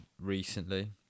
recently